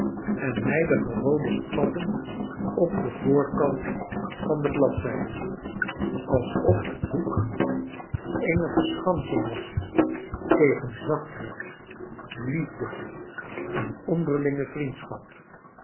en nijdige roode s atten op den voorkant van de bladziiden alsof het book charles dickens eene verschansing was tegen zachtheid liefde en onderlinge vriendschap